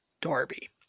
Darby